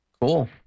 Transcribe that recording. Cool